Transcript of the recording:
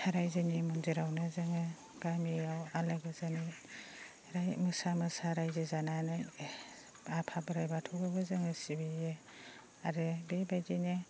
रायजोनि मन्दिरावनो जोङो गामियाव आलो गोजोनै मोसा मोसा रायजो जानानै आफा बोराइ बाथौखौबो जोङो सिबियो आरो बेबायदिनो